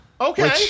okay